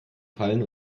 fallen